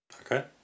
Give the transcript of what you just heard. Okay